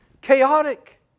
chaotic